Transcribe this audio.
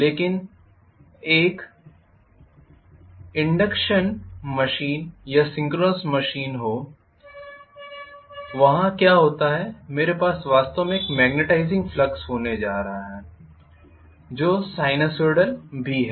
लेकिन एक induction machine या सिंक्रोनस मशीन हो वहां क्या होता है मेरे पास वास्तव में एक मैग्नेटाइज़िंग फ्लक्स होने जा रहा है जो साइनसोइडल भी है